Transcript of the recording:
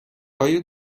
آیا